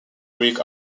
greek